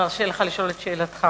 נרשה לך לשאול את שאלתך.